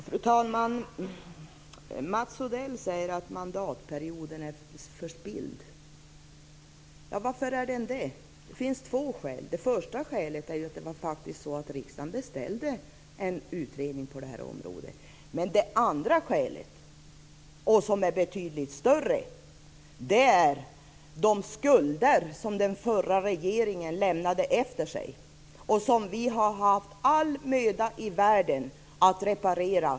Fru talman! Mats Odell säger att mandatperioden är förspilld. Varför då? Det finns två skäl. Det första skälet är att riksdagen faktiskt beställde en utredning på det här området. Det andra skälet, som är betydligt viktigare, är de skulder som den förra regeringen lämnade efter sig och som vi har haft all möda i världen att åtgärda.